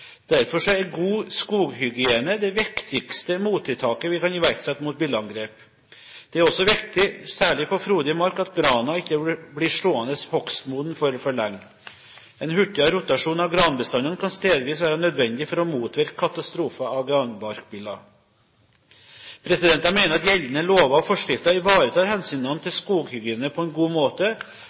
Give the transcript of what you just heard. er god skoghygiene det viktigste mottiltaket vi kan iverksette mot billeangrep. Det er også viktig, særlig på frodig mark, at grana ikke blir stående hogstmoden for lenge. En hurtigere rotasjon av granbestandene kan stedvis være nødvendig for å motvirke katastrofer av granbarkbillen. Jeg mener at gjeldende lover og forskrifter ivaretar hensynene til skoghygiene på en god måte,